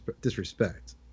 disrespect